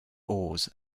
oars